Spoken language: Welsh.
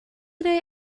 roi